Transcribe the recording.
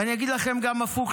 ואני אגיד לכם גם הפוך,